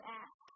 ask